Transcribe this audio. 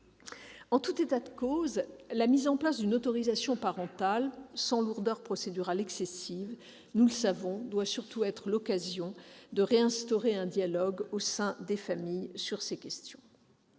En tout état de cause, la mise en place d'une autorisation parentale, sans lourdeur procédurale excessive, doit surtout être l'occasion de réinstaurer un dialogue au sein de la famille sur ces questions.